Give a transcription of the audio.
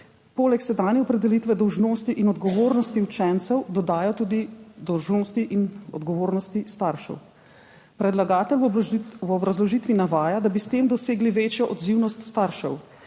poleg sedanje opredelitve dolžnosti in odgovornosti učencev dodajo tudi dolžnosti in odgovornosti staršev. Predlagatelj v obrazložitvi navaja, da bi s tem dosegli večjo odzivnost staršev.